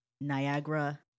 Niagara